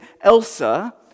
Elsa